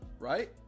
Right